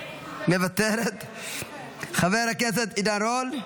מוותרת, חבר הכנסת עידן רול,